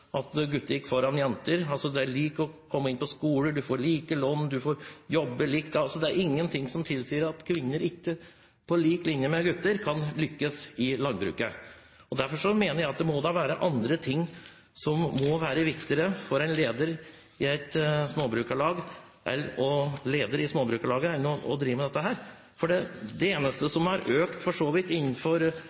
at gutter gikk foran jenter når det gjelder odel. Det kreves like mye for å komme inn på skoler. Man får like mye lån. Man får jobbe likt. Det er ingenting som tilsier at kvinner ikke på lik linje med menn kan lykkes i landbruket. Derfor mener jeg at det må da være andre ting som må være viktigere for en leder i Småbrukarlaget enn å drive med dette. For det eneste som for så vidt er økt innenfor